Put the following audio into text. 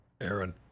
Aaron